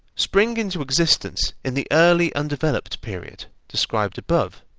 spring into existence in the early undeveloped period, described above,